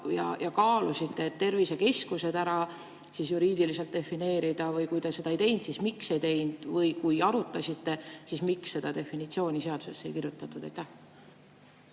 ja kaalusite, et tervisekeskused juriidiliselt defineerida, või kui te seda ei teinud, siis miks ei teinud, või kui arutasite, siis miks seda definitsiooni seadusesse ei kirjutatud?